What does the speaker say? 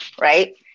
Right